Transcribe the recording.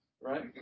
right